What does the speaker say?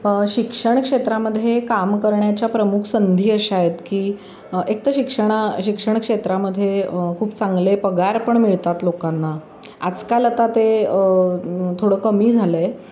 शिक्षण क्षेत्रामध्ये काम करण्याच्या प्रमुख संधी अशा आहेत की एकत शिक्षणा शिक्षण क्षेत्रामध्ये खूप चांगले पगार पण मिळतात लोकांना आजकाल आता ते थोडं कमी झालं आहे